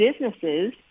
businesses